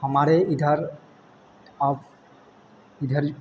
हमारे इधर अब इधर